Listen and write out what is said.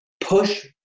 push